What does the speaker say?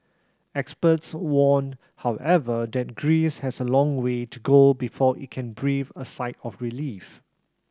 experts warn however that Greece has a long way to go before it can breathe a sigh of relief